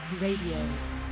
Radio